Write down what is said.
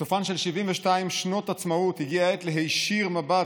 בסופן של 72 שנות עצמאות הגיעה העת להישיר מבט